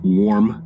warm